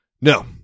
No